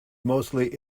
mostly